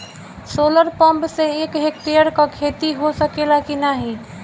Solar pump से एक hectare क खेती हो सकेला की नाहीं?